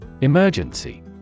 Emergency